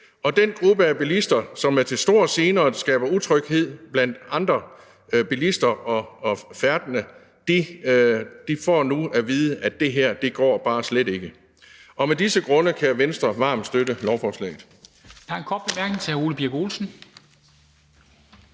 og den gruppe af bilister, som er til stor gene og skaber utryghed blandt andre bilister og færdene, får nu at vide, at det her går bare slet ikke. Og med disse grunde kan Venstre varmt støtte lovforslaget.